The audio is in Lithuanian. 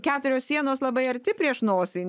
keturios sienos labai arti prieš nosį